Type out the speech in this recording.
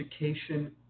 education